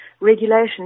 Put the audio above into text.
regulation